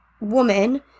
woman